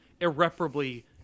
irreparably